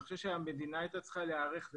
אני חושב שהמדינה הייתה צריכה להיערך לזה,